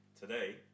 today